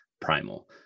primal